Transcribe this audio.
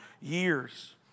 years